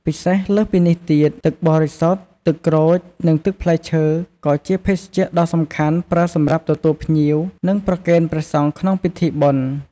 ពិសេសលើសនេះទៀតទឹកបរិសុទ្ធ ទឹកក្រូច និងទឹកផ្លែឈើ ក៏ជាភេសជ្ជៈដ៏សំខាន់ប្រើសម្រាប់ទទួលភ្ញៀវ និងប្រគេនព្រះសង្ឃក្នុងពិធីបុណ្យ។